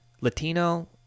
Latino